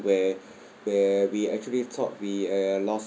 where where we actually thought we uh lost